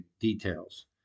details